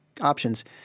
options